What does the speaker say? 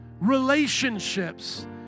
relationships